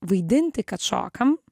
vaidinti kad šokam